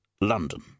London